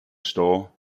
store